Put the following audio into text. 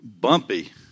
bumpy